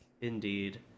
Indeed